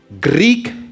Greek